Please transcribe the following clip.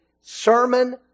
sermon